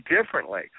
differently